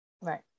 right